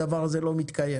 הדבר הזה לא מתקיים.